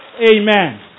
Amen